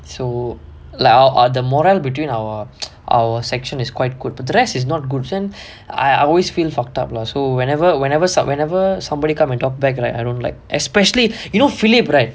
so like our the moral between our our section is quite good but the rest is not good this [one] I always feel fucked up lah so whenever whenever whenever somebody come talk back I don't like especially you know philip right